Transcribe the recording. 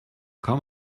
kaum